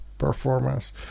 performance